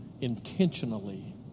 intentionally